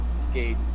skate